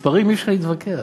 עם מספרים אי-אפשר להתווכח.